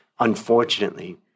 unfortunately